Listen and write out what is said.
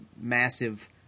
massive